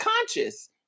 conscious